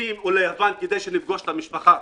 לקפריסין או לייוון כדי לפגוש את המשפחה.